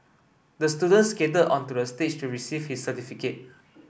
the student skated onto the stage to receive his certificate